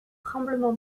tremblement